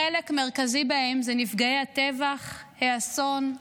חלק מרכזי בהם הם נפגעי הטבח, האסון,